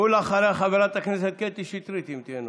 ואחריה, חברת הכנסת קטי שטרית, אם תהיה נוכחת.